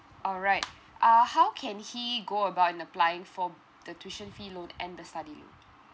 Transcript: alright uh how can he go about in applying for the tuition fee loan and the study loan